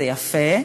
זה יפה,